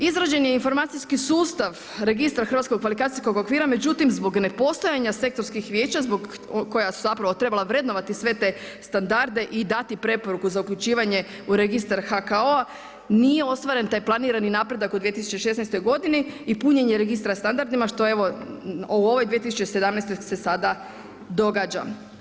Izrađen je informacijski sustav registra hrvatskog kvalifikacijskog okvira, međutim zbog nepostojanja sektorskih vijeća koja su zapravo trebala vrednovati sve te standarde i dati preporuku za uključivanje u registar HKO-a nije ostvaren taj planirani napredak u 2016. godini i punjenje registra standardima što evo u ovoj 2017. se sada događa.